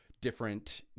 different